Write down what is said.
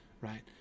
right